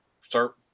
start